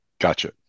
Gotcha